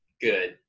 good